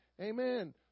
amen